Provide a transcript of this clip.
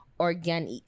organic